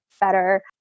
better